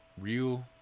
Real